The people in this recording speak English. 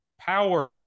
Power